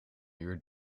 uur